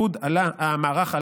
המערך,